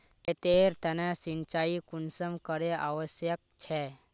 खेतेर तने सिंचाई कुंसम करे आवश्यक छै?